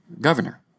governor